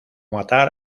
matar